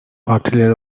partileri